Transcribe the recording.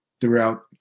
throughout